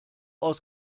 aus